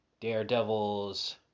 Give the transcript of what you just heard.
Daredevil's